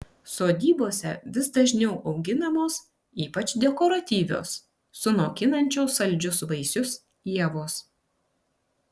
sodybose vis dažniau auginamos ypač dekoratyvios sunokinančios saldžius vaisius ievos